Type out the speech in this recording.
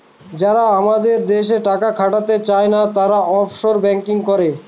যারা আমাদের দেশে টাকা খাটাতে চায়না, তারা অফশোর ব্যাঙ্কিং করে